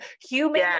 human